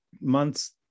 months